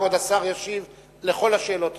כבוד השר ישיב על כל השאלות יחד.